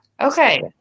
Okay